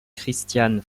christian